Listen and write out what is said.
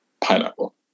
Pineapple